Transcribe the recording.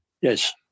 Yes